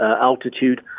altitude